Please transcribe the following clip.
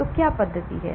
तो पद्धति क्या है